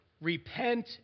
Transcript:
Repent